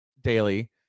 daily